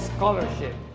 Scholarship